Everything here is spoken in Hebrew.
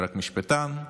רק משפטן,